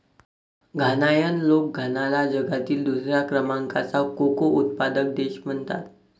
घानायन लोक घानाला जगातील दुसऱ्या क्रमांकाचा कोको उत्पादक देश म्हणतात